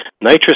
Nitrous